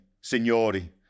Signori